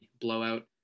blowout